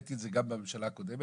העליתי את זה גם בממשלה הקודמת.